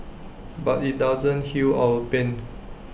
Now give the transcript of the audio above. but IT doesn't heal our pain